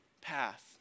path